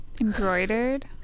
Embroidered